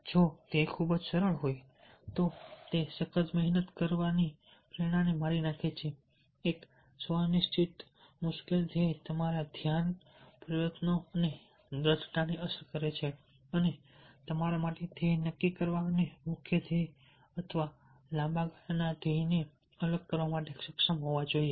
જો ધ્યેય ખૂબ જ સરળ હોય તો તે સખત મહેનત કરવાની પ્રેરણાને મારી નાખે છે એક સ્વ નિશ્ચિત મુશ્કેલ ધ્યેય તમારા ધ્યાન પ્રયત્નો અને દ્રઢતાને અસર કરે છે અને તમારે તમારા માટે ધ્યેય નક્કી કરવા અને મુખ્ય ધ્યેય અથવા લાંબા ગાળાના ધ્યેયને અલગ કરવા માટે સક્ષમ હોવા જોઈએ